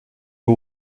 who